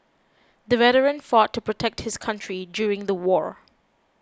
the veteran fought to protect his country during the war